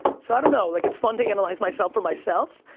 so, don't know, like it's fun to analyze myself for myself,